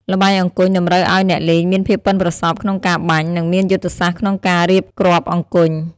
ល្បែងអង្គញ់តម្រូវឲ្យអ្នកលេងមានភាពប៉ិនប្រសប់ក្នុងការបាញ់ និងមានយុទ្ធសាស្ត្រក្នុងការរៀបគ្រាប់អង្គញ់។